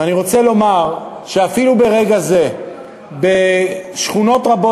ואני רוצה לומר שאפילו ברגע זה בשכונות רבות